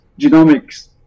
Genomics